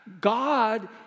God